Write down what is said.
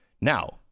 Now